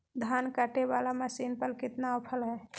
धान कटे बाला मसीन पर कितना ऑफर हाय?